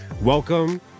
welcome